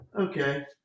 Okay